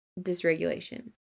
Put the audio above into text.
dysregulation